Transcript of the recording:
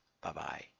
Bye-bye